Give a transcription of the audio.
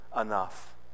enough